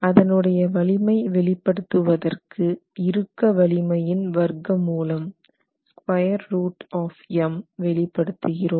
அதனுடைய வலிமை வெளிப்படுத்துவதற்கு இறுக்க வலிமையின் வர்க்கமூலம் வெளிப்படுத்துகிறோம்